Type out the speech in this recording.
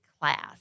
class